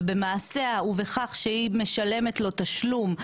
במעשיה ובכך שהיא משלמת לו תשלום,